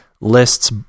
lists